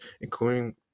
including